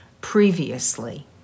previously